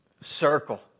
circle